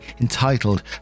entitled